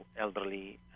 elderly